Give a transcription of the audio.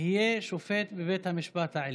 יהיה שופט ערבי בבית המשפט העליון.